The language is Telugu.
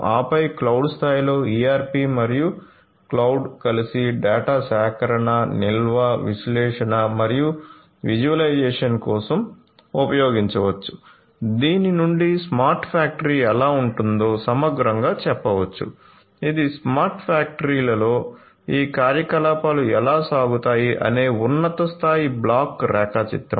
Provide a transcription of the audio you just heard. ఆపై క్లౌడ్ స్థాయిలో ERP మరియు క్లౌడ్ కలిసి డేటా సేకరణ నిల్వ విశ్లేషణ మరియు విజువలైజేషన్ కోసం ఉపయోగించవచ్చు దీని నుండి స్మార్ట్ ఫ్యాక్టరీ ఎలా ఉంటుందో సమగ్రంగా చెప్పవచ్చు ఇది స్మార్ట్ ఫ్యాక్టరీలో ఈ కార్యకలాపాలు ఎలా సాగుతాయి అనే ఉన్నత స్థాయి బ్లాక్ రేఖాచిత్రం